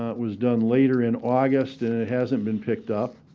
ah was done later in august, and it hasn't been picked up.